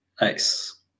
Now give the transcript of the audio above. nice